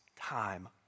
time